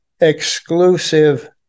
exclusive